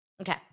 Okay